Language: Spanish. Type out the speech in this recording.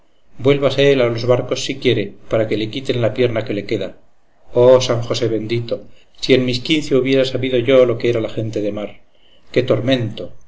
él a los barcos si quiere para que le quiten la pierna que le queda oh san josé bendito si en mis quince hubiera sabido yo lo que era la gente de mar qué tormento